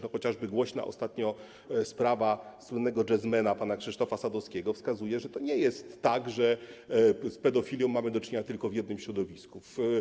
No chociażby głośna ostatnio sprawa słynnego jazzmana pana Krzysztofa Sadowskiego wskazuje, że to nie jest tak, że z pedofilią mamy do czynienia tylko w jednym środowisku.